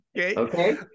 Okay